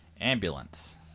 Ambulance